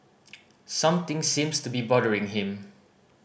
something seems to be bothering him